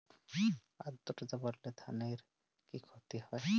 আদ্রর্তা বাড়লে ধানের কি ক্ষতি হয়?